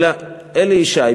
אלא אלי ישי,